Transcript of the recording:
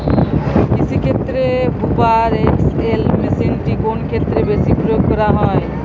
কৃষিক্ষেত্রে Hoover XL মেশিনটি কোন ক্ষেত্রে বেশি প্রয়োগ করা হয়?